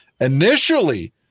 Initially